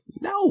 no